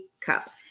cup